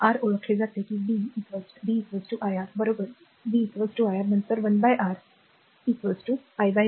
R ओळखले जाते की b b iR बरोबर b iR नंतर 1 R i v